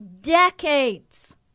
decades